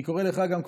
אני קורא לך גם,